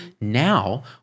Now